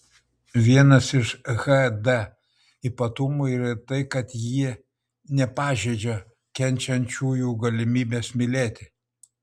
vienas iš hd ypatumų yra tai kad ji nepažeidžia kenčiančiųjų galimybės mylėti